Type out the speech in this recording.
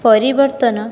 ପରିବର୍ତ୍ତନ